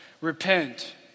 Repent